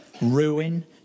ruin